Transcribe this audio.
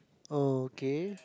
okay